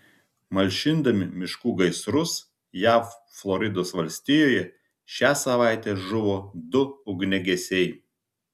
malšindami miškų gaisrus jav floridos valstijoje šią savaitę žuvo du ugniagesiai